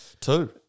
Two